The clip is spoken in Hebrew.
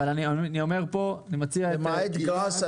ואני אומר פה ואני מציע את תמיכת --- למעט כעס,